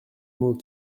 mots